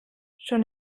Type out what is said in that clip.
schon